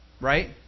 right